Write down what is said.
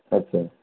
আচ্ছা